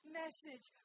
message